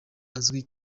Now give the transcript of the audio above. uzwi